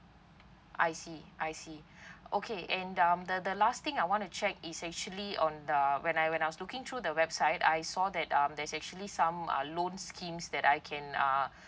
I see I see okay and um the the last thing I want to check is actually on the when I when I was looking through the website I saw that um there's actually some uh loan scheme that I can uh